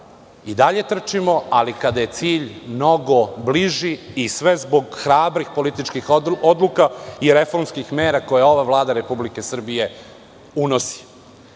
i dalje trčimo, ali kada je cilj mnogo bliži i sve zbog hrabrih političkih odluka i reformskih mera koje ova Vlada Republike Srbije unosi.